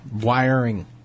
wiring